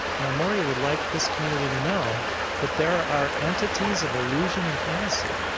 and el morya would like this community to know that there are entities of illusion and fantasy,